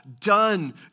done